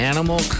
Animal